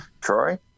Troy